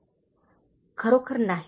" "खरोखर नाही